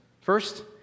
First